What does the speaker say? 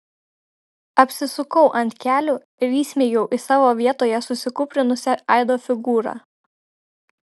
apsisukau ant kelių ir įsmeigiau į savo vietoje susikūprinusią aido figūrą